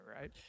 right